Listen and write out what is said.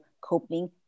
coping